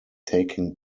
taking